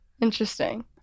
Interesting